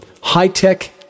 high-tech